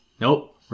nope